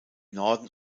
norden